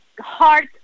heart